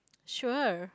sure